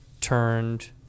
turned